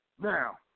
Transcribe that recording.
Now